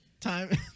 time